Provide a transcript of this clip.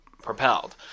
propelled